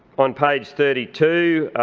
on page thirty two,